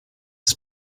his